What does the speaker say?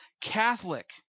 catholic